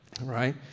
right